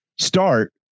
Start